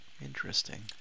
Interesting